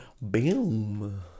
Boom